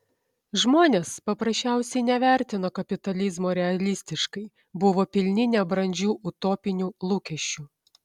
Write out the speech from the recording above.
žmonės paprasčiausiai nevertino kapitalizmo realistiškai buvo pilni nebrandžių utopinių lūkesčių